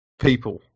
people